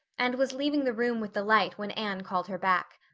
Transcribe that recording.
and was leaving the room with the light when anne called her back.